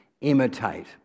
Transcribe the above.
imitate